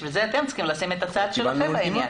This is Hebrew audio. בשביל זה אתם צריכים לשים את הצד שלכם בעניין.